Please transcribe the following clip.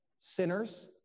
sinners